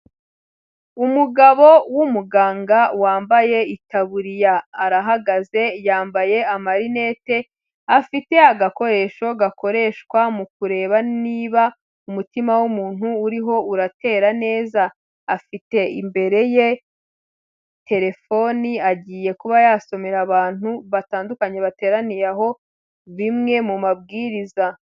Umugabo w'umuganga wambaye itaburiya, arahagaze yambaye amarinete, afite agakoresho gakoreshwa mu kureba niba umutima w'umuntu uriho uratera neza, afite imbere ye terefone agiye kuba yasomera abantu batandukanye bateraniye aho bimwe mu mabwiriza.